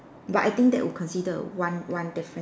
but I think that would consider a one one difference